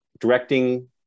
directing